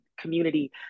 community